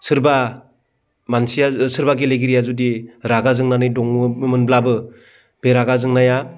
सोरबा मानसिया सोरबा गेलेगिरिया जुदि रागा जोंनानै दङमोनब्लाबो बे रागा जोंनाया